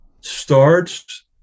starts